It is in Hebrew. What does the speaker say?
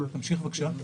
תמשיך בבקשה.